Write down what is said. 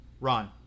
Ron